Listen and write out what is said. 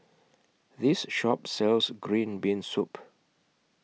This Shop sells Green Bean Soup